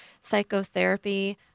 psychotherapy